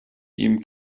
ihm